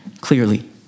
clearly